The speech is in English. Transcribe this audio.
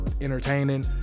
entertaining